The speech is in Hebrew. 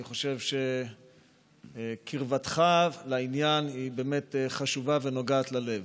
אני חושב שקרבתך לעניין היא באמת חשובה ונוגעת ללב.